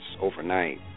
overnight